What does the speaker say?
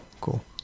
cool